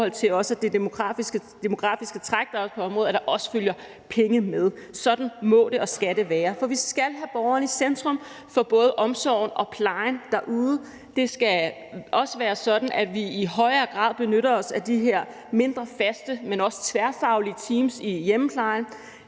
til det demografiske træk, der er på området, følger penge med. Sådan må og skal det være, for vi skal have borgeren i centrum for både omsorgen og plejen derude. Det skal også være sådan, at vi i højere grad benytter os af de her mindre, faste, men også tværfaglige teams i hjemmeplejen.